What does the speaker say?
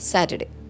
Saturday